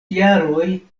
jaroj